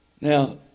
Now